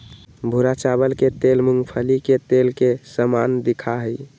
भूरा चावल के तेल मूंगफली के तेल के समान दिखा हई